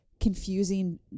confusing